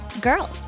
girls